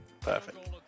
perfect